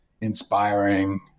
inspiring